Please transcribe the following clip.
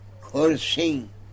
Cursing